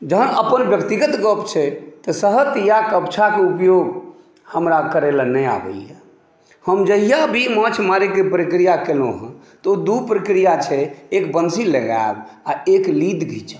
जहन अपन व्यक्तिगत गप छै तऽ सहत या कपछाके उपयोग हमरा करय लए नहि आबैया हम जहिया भी माछ मारेक प्रक्रिया केलहुँ हँ तऽ दू प्रक्रिया छै एक बंसी लगायब आ एक लीड घींचब